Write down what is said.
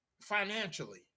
financially